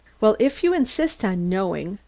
well, if you insist on knowing,